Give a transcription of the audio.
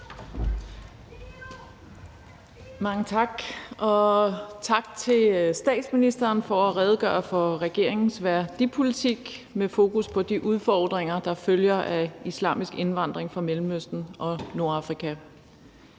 Mange tak, og tak til statsministeren for at redegøre for regeringens værdipolitik med fokus på de udfordringer, der følger af islamisk indvandring fra Mellemøsten og Nordafrika.